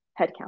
headcount